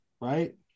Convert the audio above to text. right